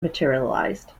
materialized